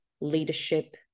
leadership